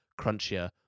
crunchier